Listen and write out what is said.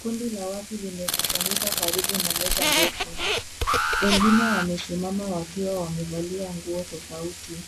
Kundi la watu limekusanyika karibu na meza ndefu. Wengine wamesimama wakiwa wamevalia nguo tofauti.